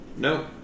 No